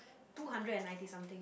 two hundred and ninety something